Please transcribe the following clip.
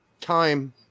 time